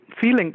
feeling